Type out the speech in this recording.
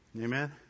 Amen